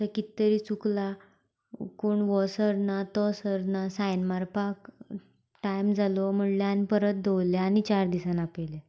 थंय कितें तरी चुकलां कोण हो सर ना तो सर ना सायन मारपाक टायम जालो म्हणले आनी परत दवरल्ले आनीक चार दिसान आपयलें